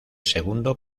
segundo